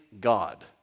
God